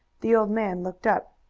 the old man looked up.